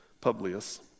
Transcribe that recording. Publius